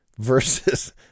versus